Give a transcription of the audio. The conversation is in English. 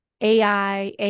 AI